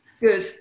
Good